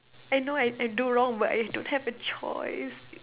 I know I I do wrong but I I don't have a choice